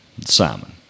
Simon